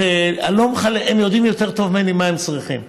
הם יודעים יותר טוב ממני מה הם צריכים.